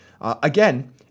Again